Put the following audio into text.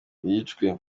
yicwe